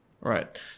Right